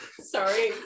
Sorry